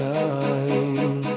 time